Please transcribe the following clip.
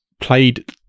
played